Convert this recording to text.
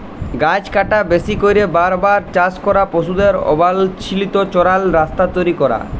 গাহাচ কাটা, বেশি ক্যইরে বার বার চাষ ক্যরা, পশুদের অবাল্ছিত চরাল, রাস্তা তৈরি ক্যরা